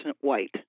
white